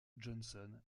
johnson